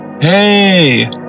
Hey